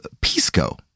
Pisco